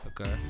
Okay